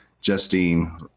Justine